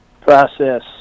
process